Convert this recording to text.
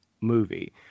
movie